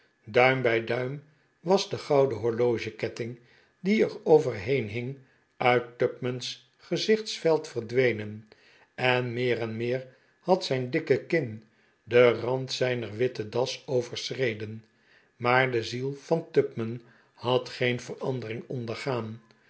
duim bij duim was de gouden horlogeketting die er overheen hing uit tupman's gezichtsveld verdwenen en meer en meer had zijn dikke kin den rand zijner witte das overschreden maar de ziel van tupman had geen verandering ondergaan